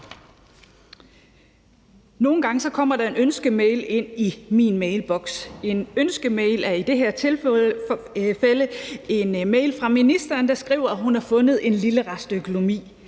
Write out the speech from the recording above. Nogle gange kommer der en ønskemail ind i min mailboks. En ønskemail er i det her tilfælde en mail fra ministeren, der skriver, at hun har fundet en lille rest i økonomien.